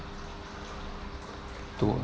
to